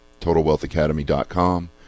TotalWealthAcademy.com